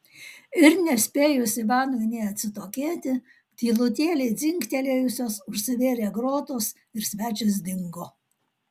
ir nespėjus ivanui nė atsitokėti tylutėliai dzingtelėjusios užsivėrė grotos ir svečias dingo